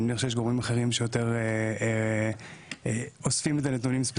אני מניח שיש גורמים אחרים שאוספים את הנתונים על